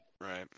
Right